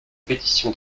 pétition